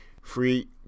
free